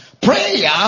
Prayer